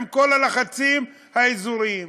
עם כל הלחצים האזוריים,